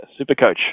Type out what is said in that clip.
Supercoach